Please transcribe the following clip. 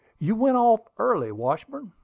you went off early, washburn,